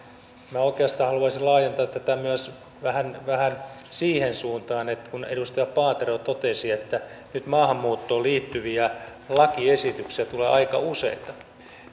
minä oikeastaan haluaisin laajentaa tätä myös vähän vähän siihen suuntaan että kun edustaja paatero totesi että nyt maahanmuuttoon liittyviä lakiesityksiä tulee aika useita niin